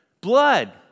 Blood